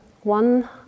one